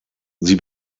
sie